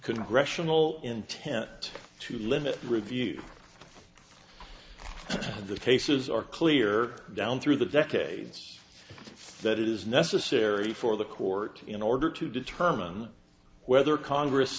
congressional intent to limit review of the cases are clear down through the decades that it is necessary for the court in order to determine whether congress